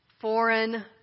foreign